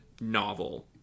novel